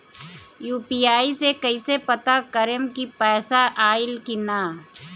UPI से कईसे पता करेम की पैसा आइल की ना?